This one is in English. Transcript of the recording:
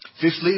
Fifthly